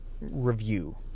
review